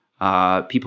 People